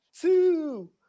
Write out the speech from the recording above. two